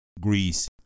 Greece